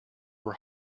were